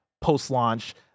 post-launch